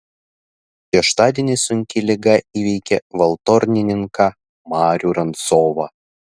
šeštadienį sunki liga įveikė valtornininką marių rancovą